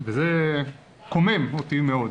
וזה קומם אותי מאוד.